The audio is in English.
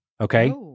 Okay